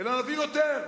אלא נביא יותר.